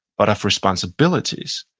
but of responsibilities.